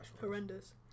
horrendous